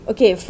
Okay